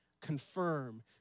confirm